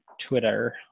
Twitter